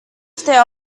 their